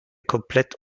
komplett